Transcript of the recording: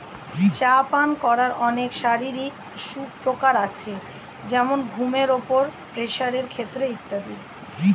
চা পান করার অনেক শারীরিক সুপ্রকার আছে যেমন ঘুমের উপর, প্রেসারের ক্ষেত্রে ইত্যাদি